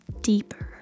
deeper